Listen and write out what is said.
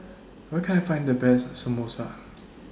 Where Can I Find The Best Samosa